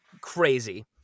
crazy